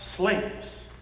Slaves